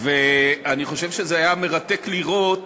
ואני חושב שזה היה מרתק לראות